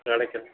கிடைக்கல